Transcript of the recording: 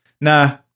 Nah